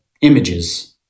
images